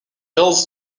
also